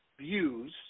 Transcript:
views